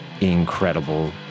incredible